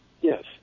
Yes